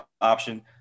option